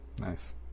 nice